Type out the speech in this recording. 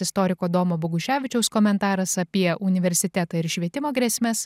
istoriko domo boguševičiaus komentaras apie universitetą ir švietimo grėsmes